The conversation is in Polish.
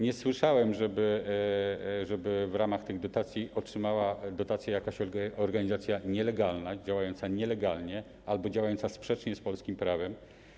Nie słyszałem, żeby w ramach tych dotacji otrzymała dotację jakaś organizacja nielegalna, działająca nielegalnie albo działająca sprzecznie z polskim prawem.